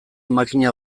makina